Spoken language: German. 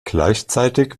gleichzeitig